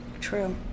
True